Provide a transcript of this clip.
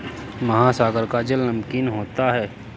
महासागर का जल नमकीन होता है